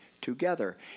together